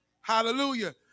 Hallelujah